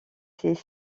ses